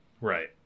Right